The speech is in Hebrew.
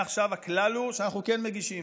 מעכשיו הכלל הוא שאנחנו כן מגישים